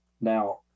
now